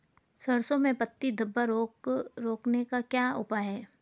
सरसों में पत्ती धब्बा रोग को रोकने का क्या उपाय है?